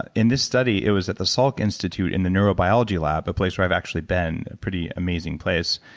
and in this study, it was at the salk institute in the neurobiology lab, a place where i've actually been, a pretty amazing place.